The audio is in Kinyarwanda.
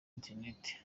internet